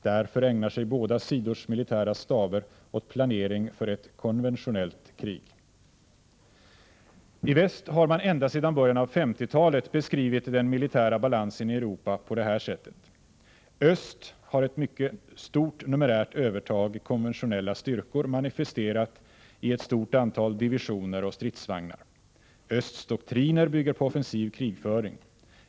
Därför ägnar sig båda sidors militära staber åt planering för ett konventionellt krig. I väst har man ända sedan början av 1950-talet beskrivit den militära balansen i Europa på det här sättet: Öst har ett mycket stort numerärt övertag i konventionella styrkor, manifesterat i ett stor antal divisioner och stridsvagnar. Östs doktriner bygger på offensiv krigföring.